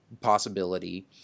possibility